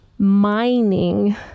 mining